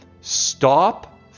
Stop